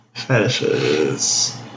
fetishes